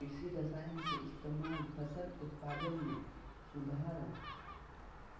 कृषि रसायन के इस्तेमाल फसल उत्पादन में सुधार